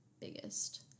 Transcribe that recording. biggest